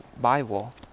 Bible